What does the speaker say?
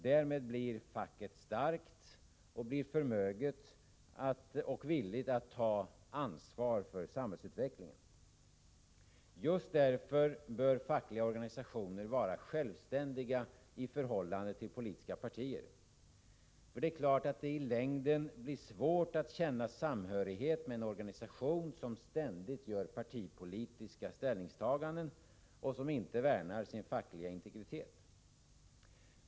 Därmed blir facket starkt, och det blir förmöget och villigt att ta ansvar för samhällsutvecklingen. Just därför bör fackliga organisationer vara självständiga i förhållande till politiska partier. Det är klart att det i längden blir svårt att känna samhörighet med en organisation som ständigt gör partipolitiska ställningstaganden och som inte värnar sin fackliga integritet.